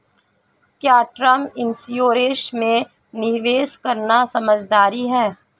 क्या term insurance में निवेश करना समझदारी है?